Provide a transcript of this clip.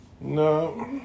No